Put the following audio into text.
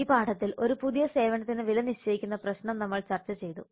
ഈ പാഠത്തിൽ ഒരു പുതിയ സേവനത്തിന് വില നിശ്ചയിക്കുന്ന പ്രശ്നം നമ്മൾ ചർച്ച ചെയ്തു